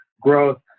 growth